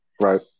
right